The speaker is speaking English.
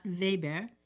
Weber